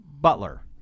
butler